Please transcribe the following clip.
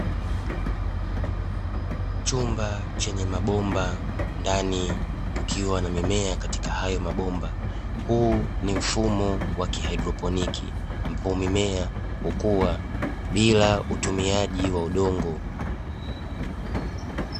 Chumba chenye mabomba ndani kukiwa na mimea katika hayo mabomba, huu ni mfumo wa kihaidroponi, ambapo mimea hukua bila utumiaji wa udongo.